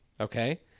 okay